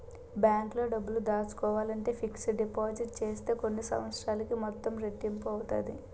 బ్యాంకులో డబ్బులు దాసుకోవాలంటే ఫిక్స్డ్ డిపాజిట్ సేత్తే కొన్ని సంవత్సరాలకి మొత్తం రెట్టింపు అవుతాది